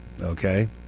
okay